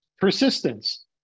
Persistence